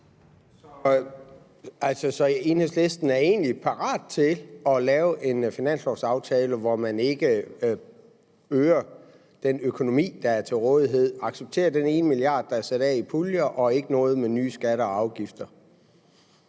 Så Enhedslisten er altså parat til at lave en finanslovsaftale, hvor man egentlig ikke øger den økonomi, der er til rådighed. Man accepterer altså den ene milliard, der er sat af i puljer, og ikke noget med nye skatter og afgifter.